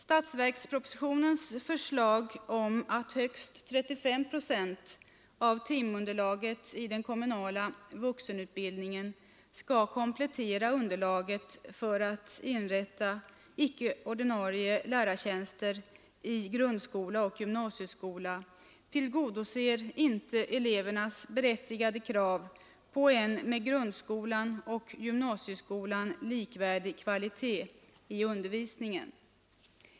Statsverkspropositionens förslag om att högst 35 procent av timunderlaget i den kommunala vuxenutbildningen skall få komplettera underlaget för att inrätta icke ordinarie lärartjänster i grundskola och gymnasieskola tillgodoser inte elevernas berättigade krav på en med grundskolan och gymnasieskolan likvärdig kvalitet i undervisningen.